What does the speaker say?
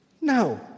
No